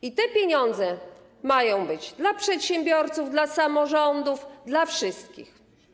I te pieniądze mają być dla przedsiębiorców, dla samorządów, dla wszystkich.